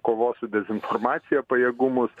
kovos su dezinformacija pajėgumus